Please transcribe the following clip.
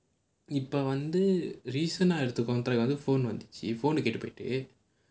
இப்போ வந்து:ippo vanthu recent ah எடுத்த:eduthaa contract phone வந்துச்சு:vanthuchu